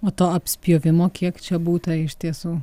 o to apspjovimo kiek čia būta iš tiesų